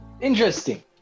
Interesting